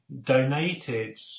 donated